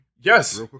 Yes